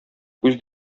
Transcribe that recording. күз